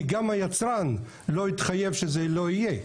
כי גם היצרן לא התחייב שזה לא יהיה.